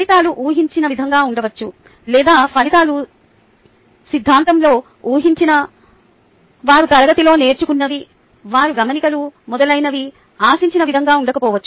ఫలితాలు ఊహించిన విధంగా ఉండవచ్చు లేదా ఫలితాలు సిద్ధాంతంలో ఊహించిన వారు తరగతిలో నేర్చుకున్నవి వారి గమనికలు మొదలైనవి ఆశించిన విధంగా ఉండకపోవచ్చు